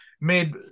made